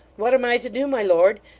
what am i to do, my lord?